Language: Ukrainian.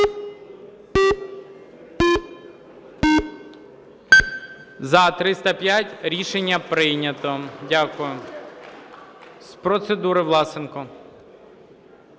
За-305 Рішення прийнято. Дякую. З процедури Власенко.